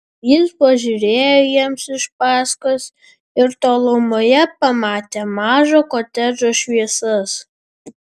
jis pažiūrėjo jiems iš paskos ir tolumoje pamatė mažo kotedžo šviesas